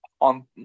on